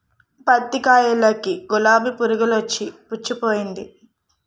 పత్తి కాయలకి గులాబి పురుగొచ్చి పుచ్చిపోయింది